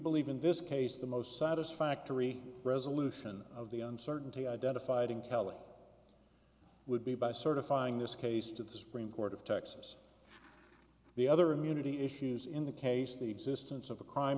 believe in this case the most satisfactory resolution of the uncertainty identified in cali would be by certifying this case to the supreme court of texas the other immunity issues in the case the existence of a crime